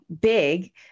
big